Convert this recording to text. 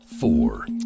Four